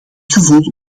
gevoel